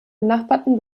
benachbarten